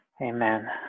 Amen